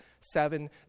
Seven